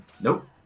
Nope